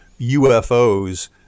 UFOs